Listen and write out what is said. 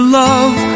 love